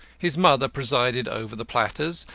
his mother presided over the platters,